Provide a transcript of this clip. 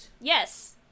yes